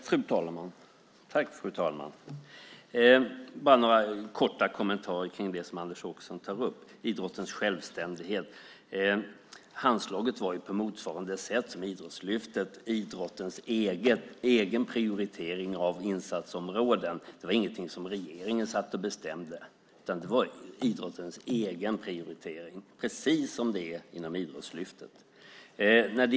Fru talman! Jag har bara några korta kommentarer till det som Anders Åkesson tar upp om idrottens självständighet. Handslaget var på motsvarande sätt som Idrottslyftet idrottens egen prioritering av insatsområden. Det var ingenting som regeringen satt och bestämde. Det var idrottens egen prioritering precis som det är inom Idrottslyftet.